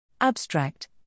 Abstract